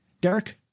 Derek